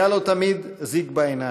היה לו תמיד זיק בעיניים.